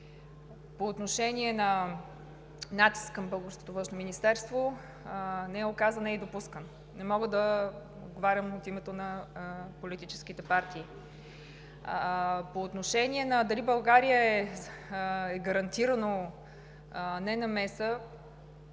По отношение на натиск към българското Външно министерство – не е оказан и допускан. Не мога да отговарям от името на политическите партии. По отношение дали в България е гарантирана ненамеса,